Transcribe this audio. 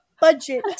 Budget